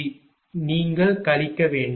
எனவே நீங்கள் கழிக்க வேண்டும்